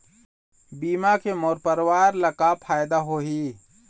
बीमा के मोर परवार ला का फायदा होही?